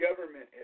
government